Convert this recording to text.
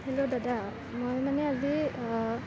hello দাদা মই মানে আজি